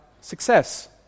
success